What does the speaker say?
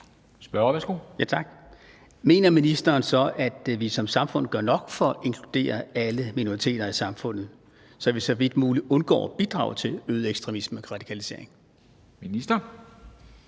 Mener ministeren så, at vi som samfund gør nok for at inkludere alle minoriteter i samfundet, så vi så vidt muligt undgår at bidrage til øget ekstremisme og radikalisering?